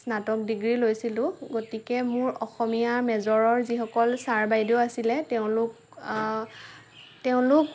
স্নাতক ডিগ্ৰী লৈছিলোঁ গতিকে মোৰ অসমীয়া মেজৰৰ যিসকল চাৰ বাইদেউ আছিলে তেওঁলোক তেওঁলোক